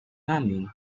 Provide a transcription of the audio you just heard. coming